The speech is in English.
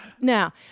now